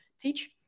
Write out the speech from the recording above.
teach